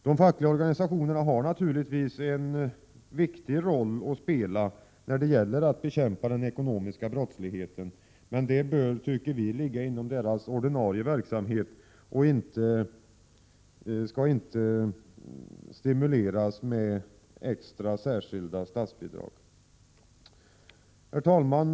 De fackliga organisationerna har naturligtvis en viktig roll att spela när det gäller att bekämpa den ekonomiska brottsligheten, men det bör, tycker vi, ligga inom deras ordinarie verksamhet och behöver inte stimuleras med särskilda statsbidrag. Herr talman!